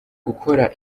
ukora